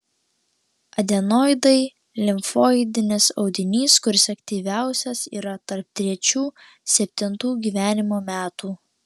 adenoidai limfoidinis audinys kuris aktyviausias yra tarp trečių septintų gyvenimo metų